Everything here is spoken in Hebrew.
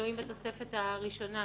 שמנויים בתוספת הראשונה.